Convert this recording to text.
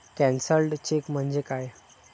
Cancelled cheque म्हणजे काय?